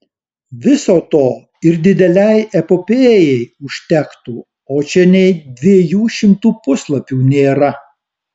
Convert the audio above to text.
viso to ir didelei epopėjai užtektų o čia nė dviejų šimtų puslapių nėra